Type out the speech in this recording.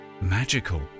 magical